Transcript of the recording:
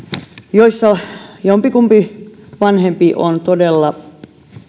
joissa jompikumpi vanhempi on todella